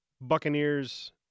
Buccaneers